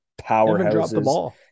powerhouses